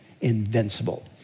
invincible